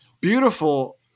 Beautiful